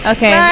Okay